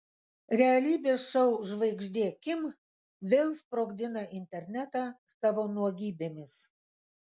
realybės šou žvaigždė kim vėl sprogdina internetą savo nuogybėmis